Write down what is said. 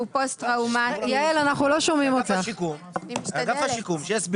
פוסט טראומטי --- אגף השיקום שיסבירו,